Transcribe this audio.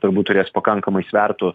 turbūt turės pakankamai svertų